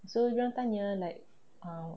so dorang tanya like um